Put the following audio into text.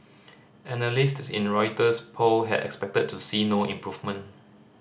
analysts in a Reuters poll had expected to see no improvement